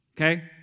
okay